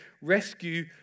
rescue